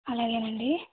అలాగేనండి